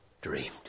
dreamed